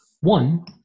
One